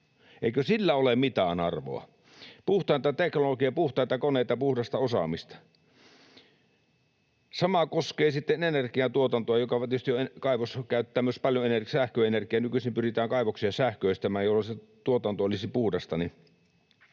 Eikö sillä ole mitään arvoa? Puhtainta teknologiaa, puhtaita koneita, puhdasta osaamista. Sama koskee sitten energiantuotantoa. Kaivos voi tietysti käyttää myös paljon sähköenergiaa — nykyisin pyritään kaivoksia sähköistämään, jolloin se tuotanto olisi puhdasta.